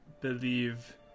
believe